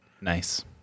Nice